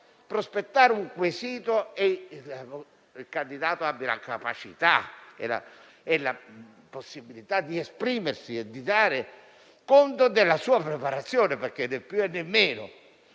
prospettare un quesito e che il candidato abbia la capacità e la possibilità di esprimersi e di dare conto della sua preparazione. Molti sono